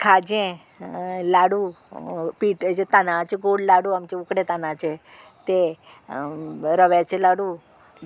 खाजें लाडू पिटे तानाचे गोड लाडू आमचे उकडे तानाचे ते रव्याचे लाडू